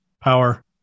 Power